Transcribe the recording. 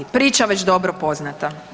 Priča već dobro poznata.